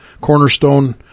Cornerstone